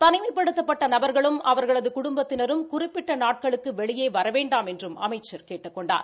தனிமைப்படுத்தப்பட்ட நபர்களும் அவர்களது குடும்பத்தினரும் குறிப்பிட்ட நாட்களுக்கு வெளியே வர வேண்டாம் என்றும் அமைச்சர் கேட்டுக் கொண்டார்